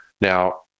Now